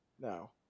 No